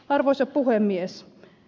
arvoisa puhemies